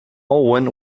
owen